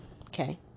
Okay